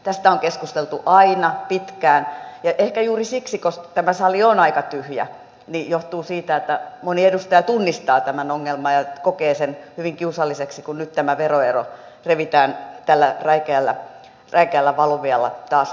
tästä on keskusteltu aina pitkään ja ehkä juuri siksi tämä sali on aika tyhjä että moni edustaja tunnistaa tämän ongelman ja kokee sen hyvin kiusalliseksi kun nyt tämä veroero revitään tällä räikeällä valuvialla taas auki